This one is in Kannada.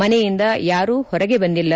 ಮನೆಯಿಂದ ಯಾರೂ ಹೊರಗೆ ಬಂದಿಲ್ಲ